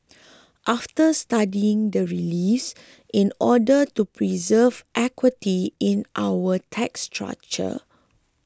after studying the reliefs in order to preserve equity in our tax structure